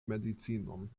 medicinon